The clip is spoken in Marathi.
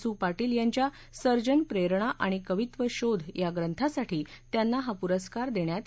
सू पाटील यांच्या सर्जन प्रेरणा आणि कवित्व शोध या ग्रंथासाठी त्यांना हा पुरस्कार देण्यात येणार आहे